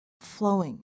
flowing